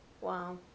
Wow